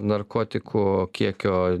narkotikų kiekio